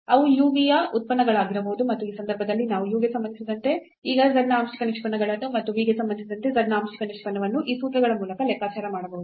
ಅವು u v ಯ ಉತ್ಪನ್ನಗಳಾಗಿರಬಹುದು ಮತ್ತು ಆ ಸಂದರ್ಭದಲ್ಲಿ ನಾವು u ಗೆ ಸಂಬಂಧಿಸಿದಂತೆ ಈಗ z ನ ಆಂಶಿಕ ನಿಷ್ಪನ್ನಗಳನ್ನು ಮತ್ತು v ಗೆ ಸಂಬಂಧಿಸಿದಂತೆ z ನ ಆಂಶಿಕ ನಿಷ್ಪನ್ನವನ್ನು ಈ ಸೂತ್ರಗಳ ಮೂಲಕ ಲೆಕ್ಕಾಚಾರ ಮಾಡಬಹುದು